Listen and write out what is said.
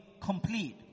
complete